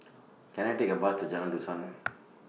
Can I Take A Bus to Jalan Dusan